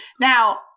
Now